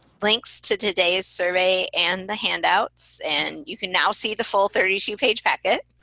links to today's survey and the handouts. and you can now see the full thirty two page packet.